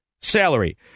salary